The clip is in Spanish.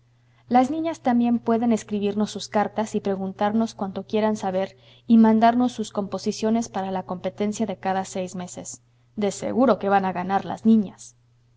las niñas también pueden escribirnos sus cartas y preguntarnos cuanto quieran saber y mandarnos sus composiciones para la competencia de cada seis meses de seguro que van a ganar las niñas